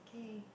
okay